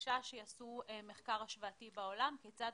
בבקשה שיעשו מחקר השוואתי בעולם כיצד